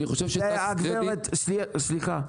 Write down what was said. אני חושב ש- Tax credit- -- סליחה.